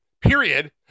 period